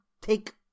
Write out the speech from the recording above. take